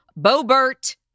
Bobert